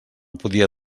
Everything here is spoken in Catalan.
podia